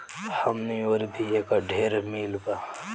हमनी ओर भी एकर ढेरे मील बा